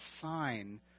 sign